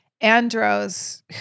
Andros